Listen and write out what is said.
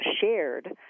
shared